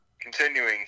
Continuing